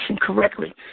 correctly